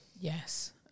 Yes